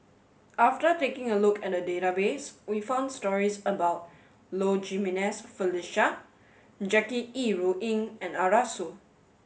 after taking a look at the database we found stories about Low Jimenez Felicia Jackie Yi Ru Ying and Arasu